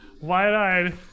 wide-eyed